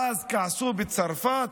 אז כעסו בצרפת,